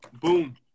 Boom